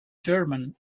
german